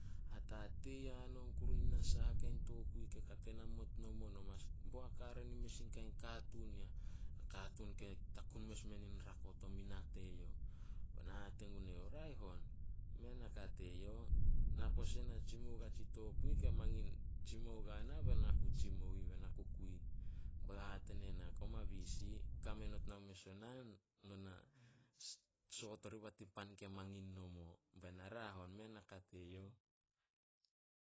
hatatei hanon kuru na saha kain tokui ke kate namot nomo, no mas boak hare nin mes in kain katuun ke takun mes menin rako to mina teyouh." Ba na hate gun eyouh, "Raeh on, mei naka teyouh. Na pose na tsimou guain tsi tokui ke mangin tsimou guana ba na ku tsimou be na ku kui." Be youh hate ne na, "Koma bisi, kame not no mes o naan, no na soat oriba tin pan ke mangin nomo." Bae na, "Raeh on mei naka teyouh."